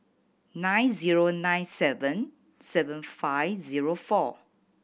nine zero nine seven seven five zero four